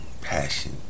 passion